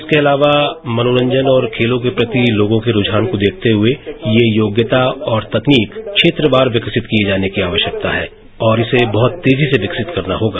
इसके अलावा मनोरंजन और खेलों के प्रति लोगों के रुझान को देखते हुए ये योग्यता और तकनीक क्षेत्रवार विकसित किए जाने की आवश्यकता है और इसे बहुत तेजी से विकसित करना होगा